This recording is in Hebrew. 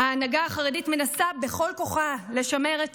ההנהגה החרדית מנסה בכל כוחה לשמר את